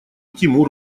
тимур